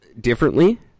differently